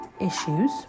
issues